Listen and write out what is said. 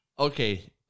Okay